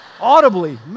Audibly